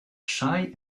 shy